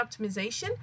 optimization